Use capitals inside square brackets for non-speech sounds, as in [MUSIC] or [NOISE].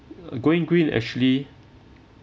[NOISE] going green actually